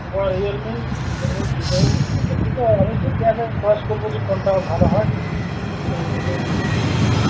ও Realme Realme Vivo দেখি তো আমি দেখে আগে চয়েজ করবো যে কোনটা ভালো হয় সেই অনুযায়ী আমি